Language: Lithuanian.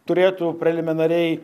turėtų preliminariai